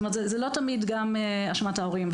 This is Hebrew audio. זאת אומרת, זו לא תמיד גם אשמת ההורים.